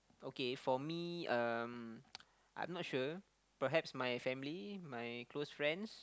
okay for me um I'm not sure perhaps my family my close friends